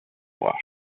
wash